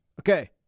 Okay